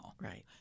Right